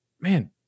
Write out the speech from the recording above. man